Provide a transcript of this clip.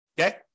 Okay